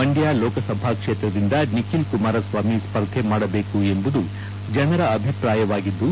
ಮಂಡ್ಕ ಲೋಕಸಭಾ ಕ್ವೇತ್ರದಿಂದ ನಿಖಿಲ್ ಕುಮಾರಸ್ವಾಮಿ ಸ್ಪರ್ಧೆ ಮಾಡಬೇಕು ಎಂಬುದು ಜನರ ಅಭಿಪ್ರಾಯವಾಗಿದ್ದು